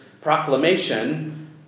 proclamation